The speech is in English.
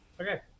Okay